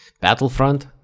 Battlefront